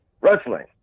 wrestling